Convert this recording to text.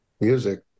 music